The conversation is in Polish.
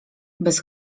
bez